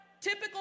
typical